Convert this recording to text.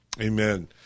Amen